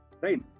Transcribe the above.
right